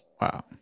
Wow